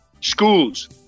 schools